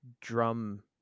drum